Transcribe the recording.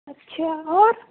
اچھا اور